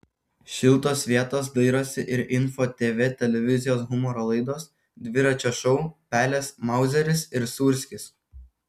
šiltos vietos dairosi ir info tv televizijos humoro laidos dviračio šou pelės mauzeris ir sūrskis